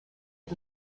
los